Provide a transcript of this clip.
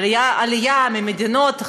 עלייה מחבר המדינות,